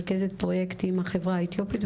רכזת קהילה,